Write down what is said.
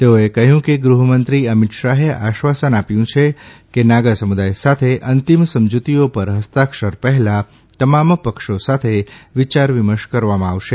તેઓએ કહયું કે ગૃહમંત્રી અમિત શાહે આશ્વાસન આપ્યુ છે કે નાગા સમુદાય સાથે અંતિમ સમજુતીઓ પર હસ્તાક્ષર પહેલા તમામ પક્ષો સાથે વિચાર વિમર્શ કરવામાં આવશે